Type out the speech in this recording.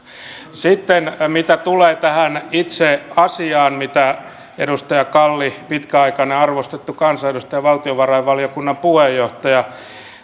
sitten mitä tulee tähän itse asiaan mitä edustaja kalli pitkäaikainen arvostettu kansanedustaja valtiovarainvaliokunnan puheenjohtaja